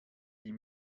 die